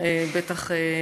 שבחרו אותם,